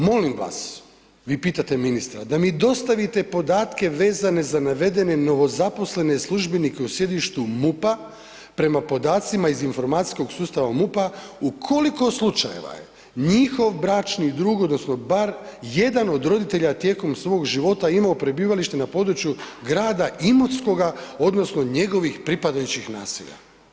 Molim vas, vi pitate ministra, da mi dostavite podatke vezane za navedene novozaposlene službenike u sjedištu MUP-a prema podacima o informacijskog sustava MUP-a u koliko slučajeva je njihov bračni drug odnosno bar jedan od roditelja tijekom svog života imao prebivalište na području grada Imotskog odnosno njegov pripadajućih naselja.